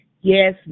Yes